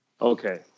okay